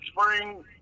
spring